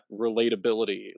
relatability